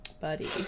Buddy